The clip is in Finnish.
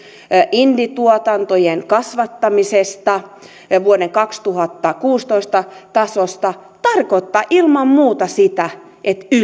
indie tuotantojen kasvattamisesta ja vuoden kaksituhattakuusitoista tasosta tarkoittaa ilman muuta sitä että yle